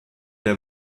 der